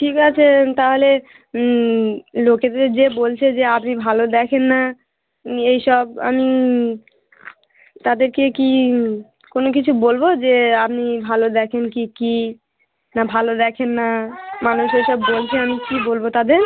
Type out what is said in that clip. ঠিক আছে তাহলে লোকেদের যে বলছে যে আপনি ভালো দেখেন না এই সব আমি তাদেরকে কি কোনো কিছু বলব যে আপনি ভালো দেখেন কি কী না ভালো দেখেন না মানুষে এসব বলছে আমি কী বলব তাদের